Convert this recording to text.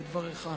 לדבריך.